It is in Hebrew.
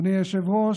אדוני היושב-ראש,